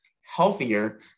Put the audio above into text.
healthier